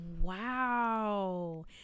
Wow